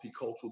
multicultural